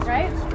Right